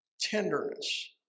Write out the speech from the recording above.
Tenderness